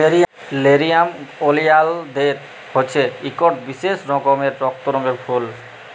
লেরিয়াম ওলিয়ালদের হছে ইকট বিশেষ রকমের রক্ত রঙের ফুল